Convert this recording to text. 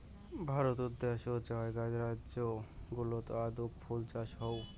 ভারত দ্যাশোত সোগায় রাজ্য গুলাতে আদৌক ফুল চাষ হউ